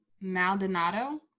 Maldonado